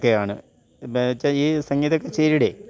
ഒക്കെയാണ് ഇപ്പം വെച്ചാൽ ഈ സംഗീത കച്ചേരിയുടെ